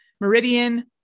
Meridian